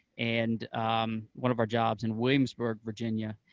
and one of our jobs in williamsburg, virginia,